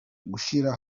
gushyira